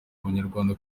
abanyarwanda